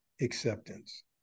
acceptance